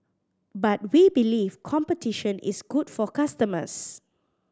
but we believe competition is good for customers